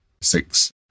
six